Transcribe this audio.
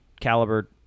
caliber